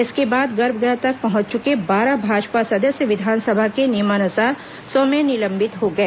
इसके बाद गर्भगृह तक पहंच चुके बारह भाजपा सदस्य विधानसभा के नियमानुसार स्वमेव निलंबित हो गए